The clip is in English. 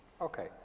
okay